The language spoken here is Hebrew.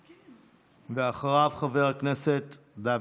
ואחריו, חבר הכנסת דוידסון,